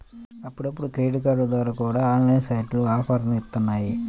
అప్పుడప్పుడు క్రెడిట్ కార్డుల ద్వారా కూడా ఆన్లైన్ సైట్లు ఆఫర్లని ఇత్తన్నాయి